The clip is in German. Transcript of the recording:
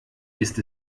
ist